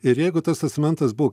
ir jeigu tas testamentas buvo